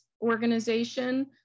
organization